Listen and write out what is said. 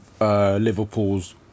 Liverpool's